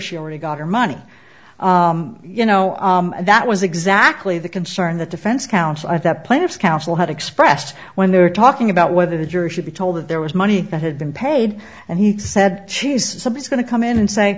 she already got her money you know that was exactly the concern that defense counsel at that plaintiff's counsel had expressed when they were talking about whether the jury should be told that there was money that had been paid and he said she's somebody's going to come in and say